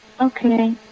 Okay